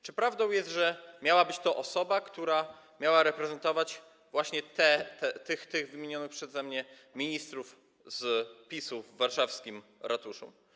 Czy prawdą jest, że miała to być osoba, która miała reprezentować właśnie tych wymienionych przeze mnie ministrów z PiS-u w warszawskim ratuszu?